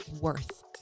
worth